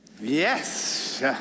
Yes